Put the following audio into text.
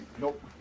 Nope